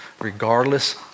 regardless